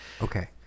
Okay